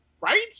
right